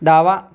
डावा